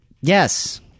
Yes